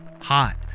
hot